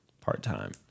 part-time